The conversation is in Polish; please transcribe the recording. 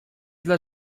dla